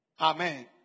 Amen